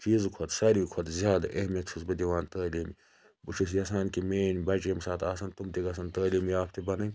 چیٖز کھۄتہٕ ساروی کھۄتہٕ زیادٕ اہمیت چھُس بہٕ دِوان تعلیٖم بہٕ چھُس یَژھان کہِ میٲنٛۍ بَچہِ ییٚمہِ ساتہٕ آسان تِم تہِ گَژھان تعلیٖم یافتہٕ بَنٕنۍ